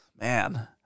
Man